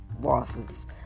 losses